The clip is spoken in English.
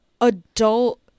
adult